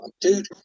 dude